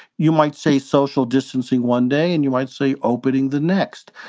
you might say social distancing one day and you might say opening the next,